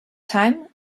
time